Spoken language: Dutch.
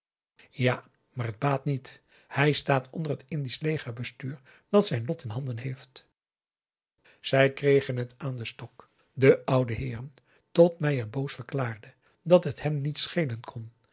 ja maar het baat niet hij staat onder het indisch legerbestuur dat zijn lot in handen heeft zij kregen het aan den stok de oude heeren tot meier boos verklaarde dat het hem niet schelen kon